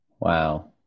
Wow